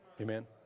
Amen